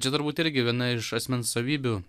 čia turbūt irgi viena iš asmens savybių